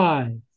Five